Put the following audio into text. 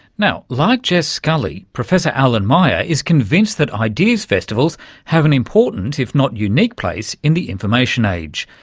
now, like jess scully, professor alan meyer, is convinced that ideas festivals have an important, if not unique, place in the information age.